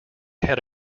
had